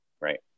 right